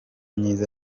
myiza